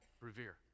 revere